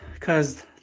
Cause